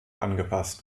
angepasst